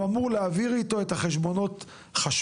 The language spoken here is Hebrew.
הוא אמור להעביר איתו את החשבונות חשמל